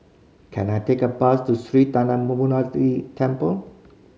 can I take a bus to Sri Thendayuthapani Temple